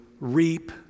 reap